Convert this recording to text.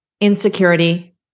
insecurity